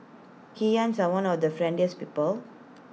Kenyans are one of the friendliest people